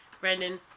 brandon